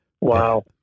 Wow